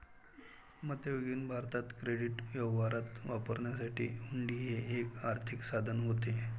मध्ययुगीन भारतात क्रेडिट व्यवहारात वापरण्यासाठी हुंडी हे एक आर्थिक साधन होते